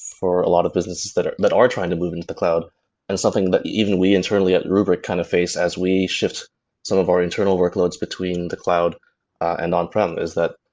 for a lot of businesses that are that are trying to move into the cloud and something that even we internally at rubrik kind of face as we shift some of our internal workloads between the cloud and on-prem is that